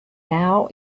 now